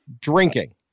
drinking